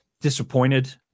disappointed